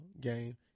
game